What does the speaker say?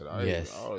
Yes